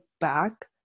back